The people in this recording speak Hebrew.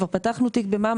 כבר פתחנו תיק במע"מ,